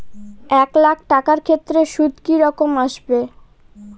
এক লাখ টাকার ক্ষেত্রে সুদ কি রকম আসবে?